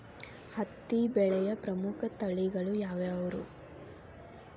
ಹತ್ತಿ ಬೆಳೆಯ ಪ್ರಮುಖ ತಳಿಗಳು ಯಾವ್ಯಾವು?